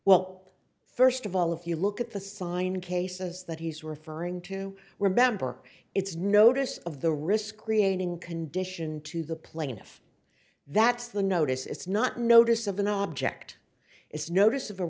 well first of all if you look at the sign cases that he's referring to remember it's notice of the risk creating condition to the plaintiff that's the notice it's not notice of an object it's notice of a